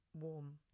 warm